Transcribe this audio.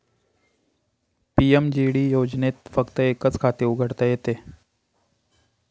PMJD योजनेत फक्त एकच खाते उघडता येते